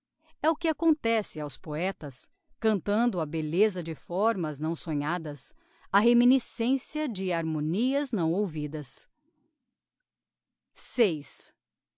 é o que acontece aos poetas cantando a belleza de fórmas não sonhadas a reminiscencia de harmonias não ouvidas